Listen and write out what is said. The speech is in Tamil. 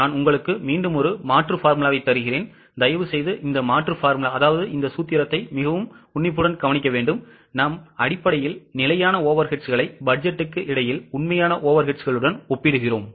நான் உங்களுக்கு மாற்று சூத்திரத்தை தருகிறேன் தயவுசெய்து இந்த மாற்று சூத்திரத்தையும் கவனியுங்கள் நாம் அடிப்படையில் நிலையான overhead களை பட்ஜெட்டுக்கு இடையில் உண்மையான overhead களுடன் ஒப்பிடுகிறோம்